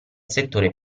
settore